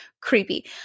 creepy